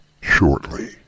shortly